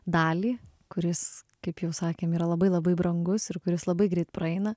dalį kuris kaip jau sakėm yra labai labai brangus ir kuris labai greit praeina